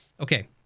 Okay